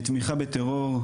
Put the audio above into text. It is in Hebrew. תמיכה בטרור,